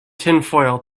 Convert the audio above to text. tinfoil